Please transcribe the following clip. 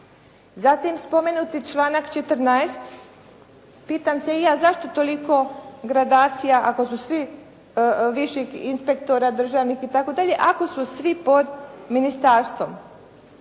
Zatim spomenuti članak 14. pitam se i ja zašto toliko gradacija ako su svi, višeg inspektora državnih i tako dalje ako su svi pod ministarstvom.